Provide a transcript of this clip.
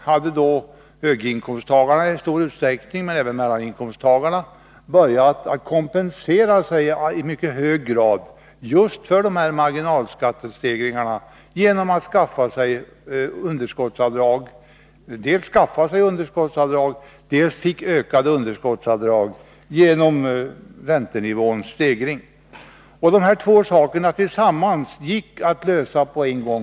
Höginkomsttagarna men även mellaninkomsttagarna kompenserade sig i mycket hög grad just för dessa marginalskattestegringar genom att de dels skaffade sig underskottsavdrag, dels fick ökade underskottsavdrag genom räntenivåns stegring. Dessa två problem tillsammans gick att lösa på en gång.